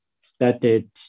started